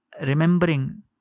remembering